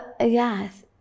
Yes